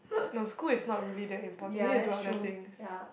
no school is not really that important you need to do other things